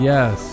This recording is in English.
Yes